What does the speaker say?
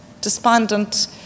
despondent